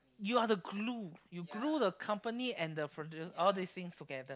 you are the glue you glue the company and the produ~ all this thing together